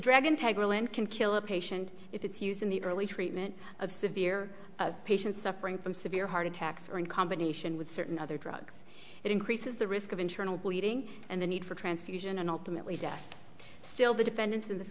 dragon tigerland can kill a patient if it's used in the early treatment of severe patients suffering from severe heart attacks or in combination with certain other drugs it increases the risk of internal bleeding and the need for transfusion and ultimately death still the defendants in this